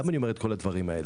למה אני אומר את כל הדברים האלה?